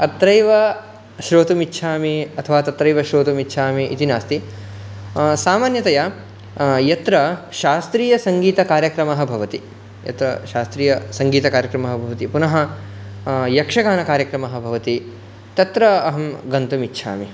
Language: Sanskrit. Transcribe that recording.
अत्रैव श्रोतुम् इच्छामि अथवा तत्रैव श्रोतुम् इच्छामि इति नास्ति सामान्यतया यत्र शास्त्रीयसङ्गीतकार्यक्रमः भवति यत्र शास्त्रीयसङ्गीतकार्यक्रमः भवति पुनः यक्षगानकार्यक्रमः भवति तत्र अहं गन्तुम् इच्छामि